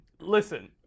Listen